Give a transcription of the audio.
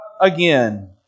again